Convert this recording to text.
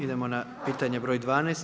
Idemo na pitanje broj 12.